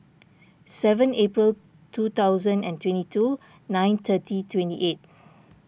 seven April two thousand and twenty two nine thirty twenty eight